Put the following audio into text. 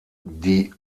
die